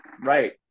right